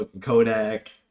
Kodak